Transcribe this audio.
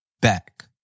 back